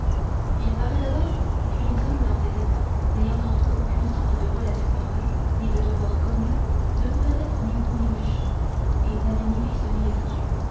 il paraît d'abord que les hommes dans cet état n'ayant entre eux aucune sorte de relation morale ni de devoirs connus ne pouvaient être ni bons ni méchants et n'avaient ni vices ni vertus